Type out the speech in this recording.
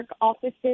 offices